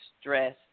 stress